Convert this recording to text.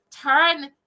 turn